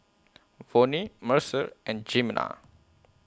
Vonnie Mercer and Jimena